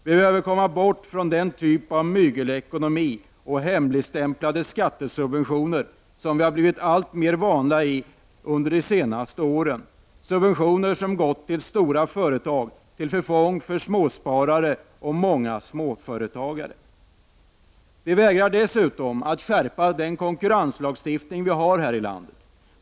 Vi behöver kommer bort från den typ av mygelekonomi och hemligstämplade skattesubventioner som vi blivit alltmer vana vid under de senaste åren, med subventioner som har gått till stora företag till förfång för småsparare och många småföretagare. vå Socialdemokraterna vägrar dessutom att skärpa den konkurrenslagstiftning som vi har i landet.